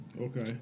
Okay